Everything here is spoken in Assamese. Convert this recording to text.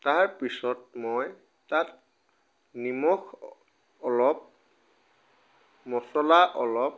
তাৰপিছত মই তাত নিমখ অলপ মছলা অলপ